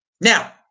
Now